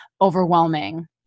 overwhelming